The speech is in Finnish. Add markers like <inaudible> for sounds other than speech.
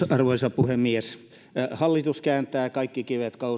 <unintelligible> arvoisa puhemies hallitus kääntää kaikki kivet